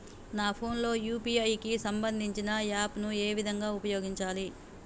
నా ఫోన్ లో యూ.పీ.ఐ కి సంబందించిన యాప్ ను ఏ విధంగా ఉపయోగించాలి?